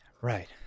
Right